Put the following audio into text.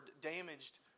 damaged